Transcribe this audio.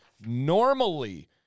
Normally